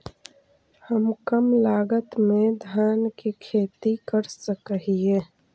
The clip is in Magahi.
हम कम लागत में धान के खेती कर सकहिय?